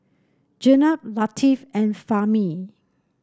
Jenab Latif and Fahmi